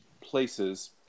places